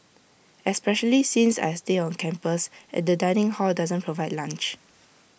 especially since I stay on campus and the dining hall doesn't provide lunch